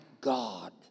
God